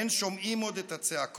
אין שומעים / עוד את הצעקות.